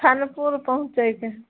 खानपुर पहुँचैके हए